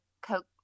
Coke